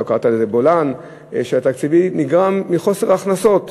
אתה קראת לזה "בולען" נגרם מחוסר הכנסות.